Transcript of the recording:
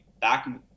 back